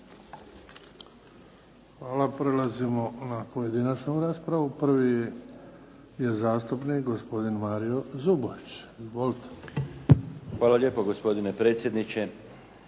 Hvala. Prelazimo na pojedinačnu raspravu. Prvi je zastupnik gospodin Mario Zubović. Izvolite. **Zubović, Mario (HDZ)** Hvala lijepo gospodine predsjedniče.